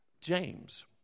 James